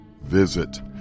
Visit